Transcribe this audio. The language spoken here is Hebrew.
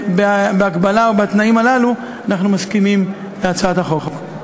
בהגבלה או בתנאים הללו אנחנו מסכימים להצעת החוק.